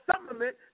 supplement